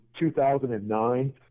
2009